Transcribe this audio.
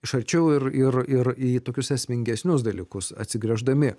iš arčiau ir ir ir į tokius esmingesnius dalykus atsigręždami